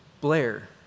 Blair